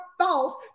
thoughts